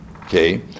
Okay